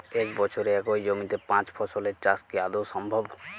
এক বছরে একই জমিতে পাঁচ ফসলের চাষ কি আদৌ সম্ভব?